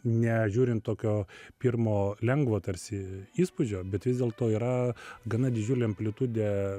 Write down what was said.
nežiūrint tokio pirmo lengvo tarsi įspūdžio bet vis dėlto yra gana didžiulė amplitudė